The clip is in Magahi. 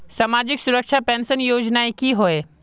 सामाजिक सुरक्षा पेंशन योजनाएँ की होय?